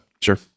Sure